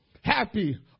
Happy